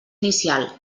inicial